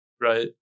right